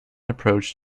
approach